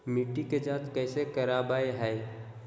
मिट्टी के जांच कैसे करावय है?